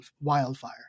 wildfire